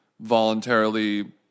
voluntarily